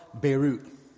Beirut